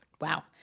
Wow